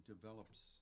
develops